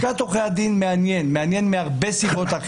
לשכת עורכי הדין מעניינת; היא מעניינת מכל מיני סיבות,